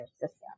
system